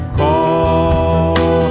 call